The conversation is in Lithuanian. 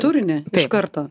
turinį iš karto